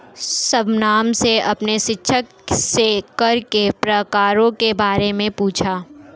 शबनम ने अपने शिक्षक से कर के प्रकारों के बारे में पूछा